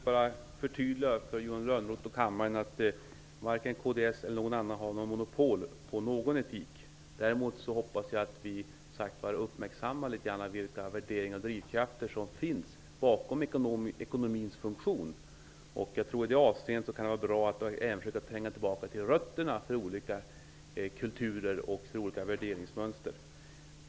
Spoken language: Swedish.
Herr talman! Jag vill för Johan Lönnroth och kammaren förtydliga att varken kds eller någon annan har något monopol på etik. Däremot hoppas jag att vi något uppmärksammar vilka värderingar och drivkrafter som finns bakom ekonomins funktion. I det avseendendet kan det vara bra att tränga tillbaka till rötterna för olika kulturer och olika värderingsmönster.